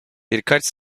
birkaç